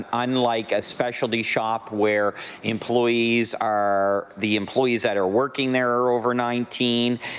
unlike a specialty shop where employees are the employees that are working there are over nineteen,